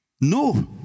No